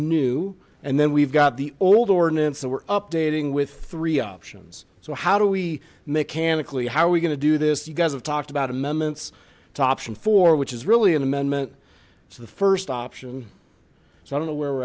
new and then we've got the old ordinance and we're updating with three options so how do we mechanic lee how are we going to do this you guys have talked about amendments to option four which is really an amendment to the first option so i don't know where